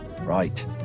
Right